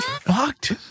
fucked